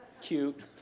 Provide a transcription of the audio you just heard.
Cute